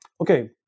Okay